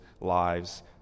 lives